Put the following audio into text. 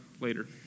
later